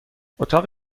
اتاق